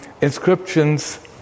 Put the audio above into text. inscriptions